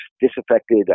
disaffected